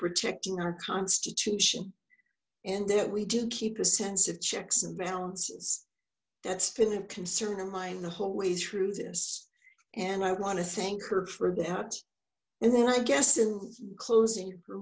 protecting our constitution and that we do keep a sense of checks and balances that's been a concern of mine the whole way through this and i want to thank her for that and then i guess in closing for